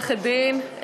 עורכת-דין,